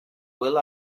will